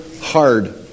hard